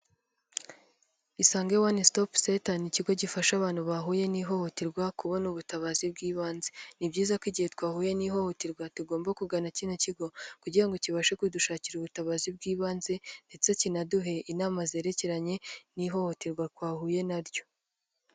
Isange wone sitopu senta n' ikigo gifasha abantu bahuye n'ihohoterwa kubona ubutabazi bw'ibanze, ni byiza ko igihe twahuye n'ihohoterwa tugomba kugana kino kigo, kugira ngo kibashe kudushakira ubutabazi bw'ibanze ndetse kinaduhe inama zerekeranye n'ihohoterwa twahuye naryo.